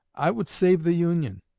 i would save the union.